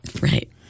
Right